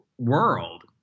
world